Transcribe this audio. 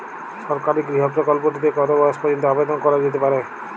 সরকারি গৃহ প্রকল্পটি তে কত বয়স পর্যন্ত আবেদন করা যেতে পারে?